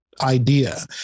idea